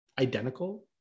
identical